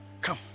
come